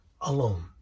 alone